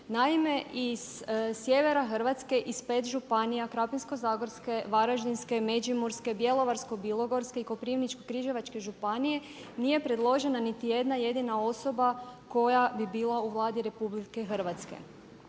Naime, iz sjevera Hrvatske, iz 5 županija Krapinsko-zagorske, Varaždinske, Međimurske, Bjelovarsko-bilogorske i Koprivničko-križevačke županije nije predložena niti jedna jedina osoba koja bi bila u Vladi RH. Smatram